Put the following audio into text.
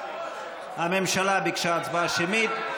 הממשלה ביקשה הצבעה שמית.